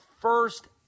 first